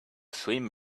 swim